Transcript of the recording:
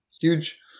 Huge